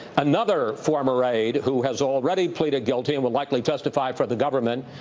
another former aide who has already pleaded guilty and will likely testify for the government,